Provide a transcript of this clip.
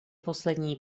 poslední